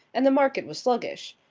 and the market was sluggish.